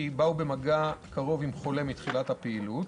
באו במגע קרוב עם חולה מתחילת הפעילות,